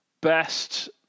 best